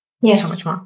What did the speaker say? yes